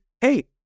Hey